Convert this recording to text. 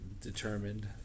determined